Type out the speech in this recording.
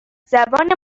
زبان